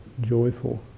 joyful